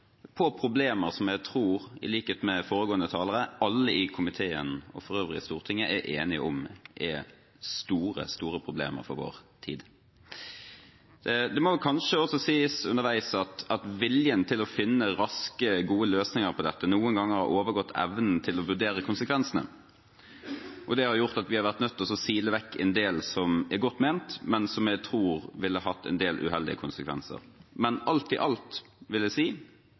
mot problemer, som jeg tror, i likhet med foregående talere, alle i komiteen, og for øvrig i Stortinget, er enige om er store problemer for vår tid. Det må kanskje også sies at viljen til underveis å finne raske, gode løsninger på dette noen ganger har overgått evnen til å vurdere konsekvensene, og det har gjort at vi har vært nødt til å sile vekk en del som er godt ment, men som jeg tror ville hatt en del uheldige konsekvenser. Men alt i alt: Resultatet av den behandlingen vi har hatt, tror jeg